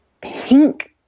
pink